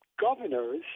governors